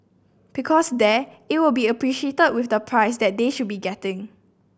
because there it will be appreciated with the price that they should be getting